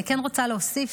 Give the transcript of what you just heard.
אני כן רוצה להוסיף,